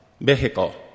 vehicle